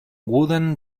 wooden